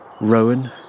rowan